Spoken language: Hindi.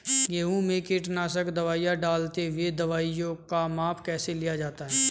गेहूँ में कीटनाशक दवाई डालते हुऐ दवाईयों का माप कैसे लिया जाता है?